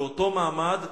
באותו מעמד,